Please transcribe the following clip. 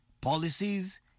policies